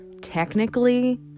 technically